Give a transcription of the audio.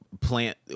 plant